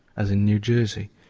as in new jersey,